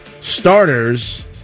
starters